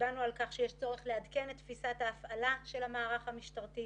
הצבענו על כך שיש צורך לעדכן את תפיסת ההפעלה של המערך המשטרתי,